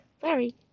Sorry